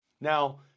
Now